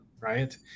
right